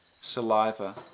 saliva